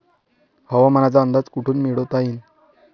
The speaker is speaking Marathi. हवामानाचा अंदाज कोठून मिळवता येईन?